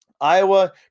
Iowa